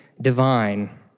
divine